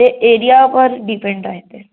ते एरियावर डिपेंड राह्यते